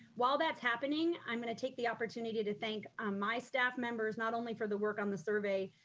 while that's happening, i'm gonna take the opportunity to thank ah my staff members not only for the work on the survey,